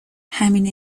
همین